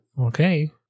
Okay